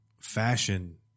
fashion